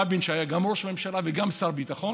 רבין, שהיה גם ראש ממשלה וגם שר ביטחון,